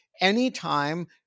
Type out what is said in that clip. Anytime